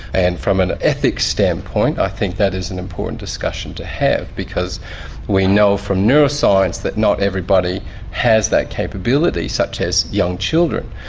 and from an ethics standpoint i think that is an important discussion to have, because we know from neuroscience that not everybody has that capability such as young children.